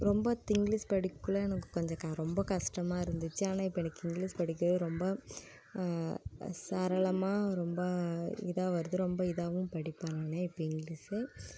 ரொம்ப இங்கிலிஷ் படிக்ககுள்ள எனக்கு கொஞ்சம் ரொம்ப கஷ்டமாக இருந்துச்சு ஆனால் இப்போ எனக்கு இங்கிலிஷ் படிக்கவே ரொம்ப சரளமாக ரொம்ப இதாக வருது ரொம்ப இதாகவும் படிப்பாங்களே இப்போ இங்கிலிஷ்